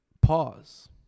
pause